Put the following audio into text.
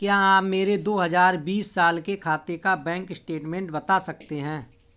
क्या आप मेरे दो हजार बीस साल के खाते का बैंक स्टेटमेंट बता सकते हैं?